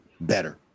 better